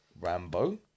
Rambo